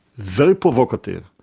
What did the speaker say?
very provocative,